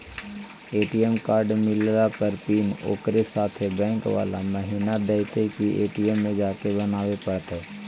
ATM card मिलला पर pin ओकरे साथे बैक बाला महिना देतै कि ए.टी.एम में जाके बना बे पड़तै?